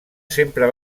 sempre